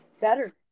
better